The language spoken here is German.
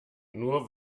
nur